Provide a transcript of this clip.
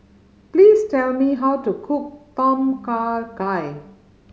please tell me how to cook Tom Kha Gai